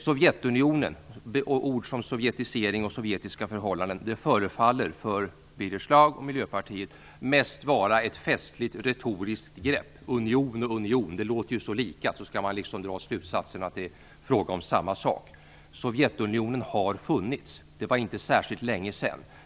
Sovjetunionen, ord som sovjetisering och sovjetiska förhållanden förefaller för Birger Schlaug och Miljöpartiet mest vara ett festligt retoriskt grepp: union som union. Det låter ju så lika, och så skall man dra slutsatsen att det är fråga om samma sak. Sovjetunionen har funnits. Det var inte särskilt länge sedan.